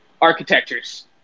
architectures